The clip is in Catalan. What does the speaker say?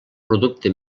producte